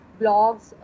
blogs